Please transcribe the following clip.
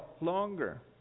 longer